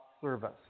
service